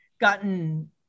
gotten